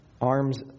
arm's